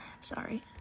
Sorry